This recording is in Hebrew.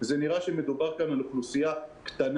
זה נראה שמדובר כאן על אוכלוסייה קטנה.